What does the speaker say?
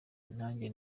nanjye